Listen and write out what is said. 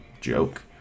joke